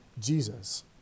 Jesus